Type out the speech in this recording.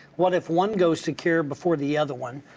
what if one goes to care before the other one.